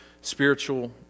spiritual